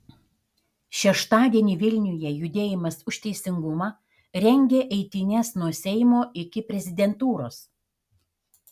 šeštadienį vilniuje judėjimas už teisingumą rengia eitynes nuo seimo iki prezidentūros